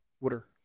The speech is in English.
Water